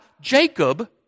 Jacob